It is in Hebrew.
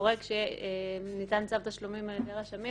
שקורה כשניתן צו תשלומים על ידי רשמים